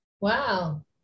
Wow